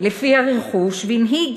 לפי הרכוש, והנהיג,